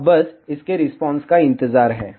अब बस इसके रिस्पांस का इंतजार है